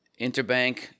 interbank